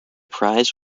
prize